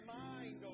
mind